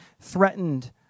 threatened